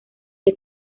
que